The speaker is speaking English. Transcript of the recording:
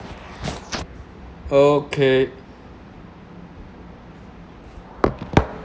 okay